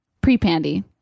pre-pandy